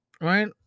right